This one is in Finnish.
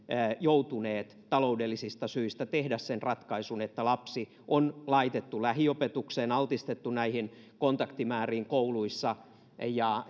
joutuneet taloudellisista syistä tekemään sen ratkaisun että lapsi on laitettu lähiopetukseen altistettu näille kontaktimäärille kouluissa ja